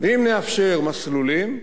ואם נאפשר מסלולים,